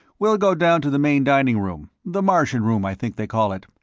we'll go down to the main dining room the martian room, i think they call it.